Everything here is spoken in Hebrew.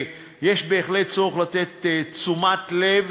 יש בהחלט צורך לתת תשומת לב